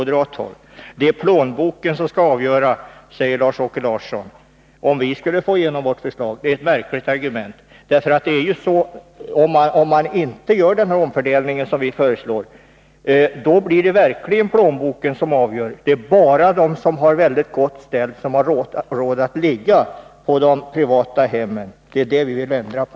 Det blir plånboken som avgör, säger Lars-Åke Larsson, om vi moderater får igenom vårt förslag. Det är ett märkligt argument. Om man inte gör denna omfördelning som vi föreslår, blir det verkligen plånboken som avgör, därför att det är bara de som har det mycket gott ställt som har råd att ligga på de privata hemmen. Det är det vi vill ändra på.